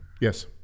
Yes